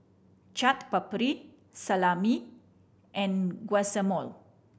Chaat Papri Salami and Guacamole